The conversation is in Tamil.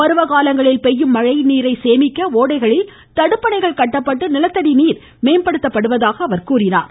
பருவகாலங்களில் பெய்யும் மழை நீரை சேமிக்க ஓடைகளில் தடுப்பணைகள் கட்டப்பட்டு நிலத்தடி நீர் மேம்படுத்தப்படுவதாக தெரிவித்தார்